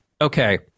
okay